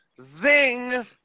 Zing